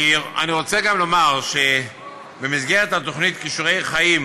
אני רוצה גם לומר שבמסגרת התוכנית "כישורי חיים",